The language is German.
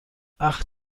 ach